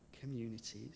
communities